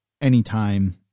anytime